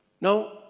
Now